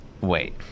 Wait